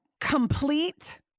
complete